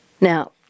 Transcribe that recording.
Now